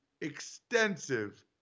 extensive